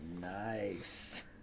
nice